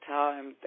time